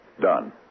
Done